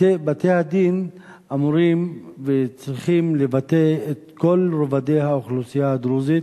בתי-הדין אמורים וצריכים לבטא את כל רובדי האוכלוסייה הדרוזית,